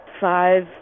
five